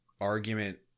argument